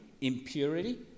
impurity